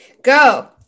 Go